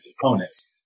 components